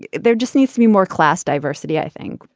there just needs to be more class diversity, i think,